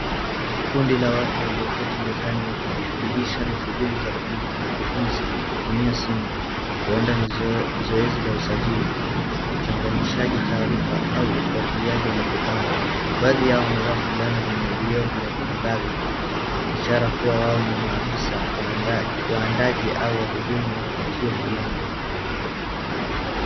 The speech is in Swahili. Kundi la watu walioketi mezani wakijishughulisha na shughuli za kuandika na kutumia simu, huenda ni zoezi la usajili, uchanganyishaji taarifa au ufuatiliaji wa mkutano. Baadhi yao wamevaa fulana zenye vioo vya kuangaza, ishara kuwa wao ni maafisa, waandaji au wahudumu wa tukio fulani.